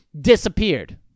disappeared